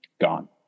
gone